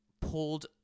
pulled